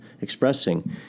expressing